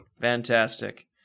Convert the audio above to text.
Fantastic